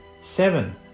Seven